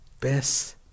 best